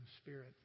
spirit